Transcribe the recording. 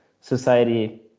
society